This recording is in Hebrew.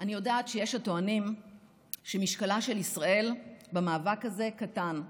אני יודעת שיש הטוענים שמשקלה של ישראל במאבק הזה קטן.